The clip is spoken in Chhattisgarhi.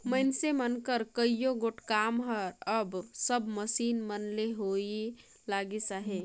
मइनसे मन कर कइयो गोट काम हर अब सब मसीन मन ले ही होए लगिस अहे